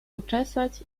uczesać